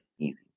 easy